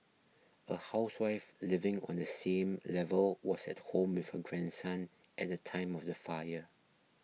a housewife living on the same level was at home with her grandson at the time of the fire